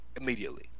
immediately